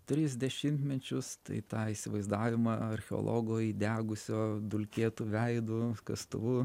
tris dešimtmečius tai tą įsivaizdavimą archeologo įdegusio dulkėtu veidu kastuvu